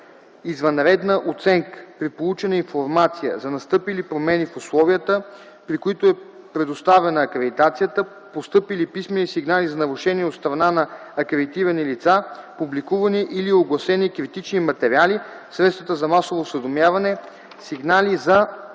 извънредна оценка при получена информация за настъпили промени в условията, при които е предоставена акредитацията, постъпили писмени сигнали за нарушения от страна на акредитирани лица, публикувани или огласени критични материали в средствата за масово осведомяване, сигнали за